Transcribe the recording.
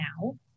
now